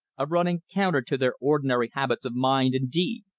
of running counter to their ordinary habits of mind and deed.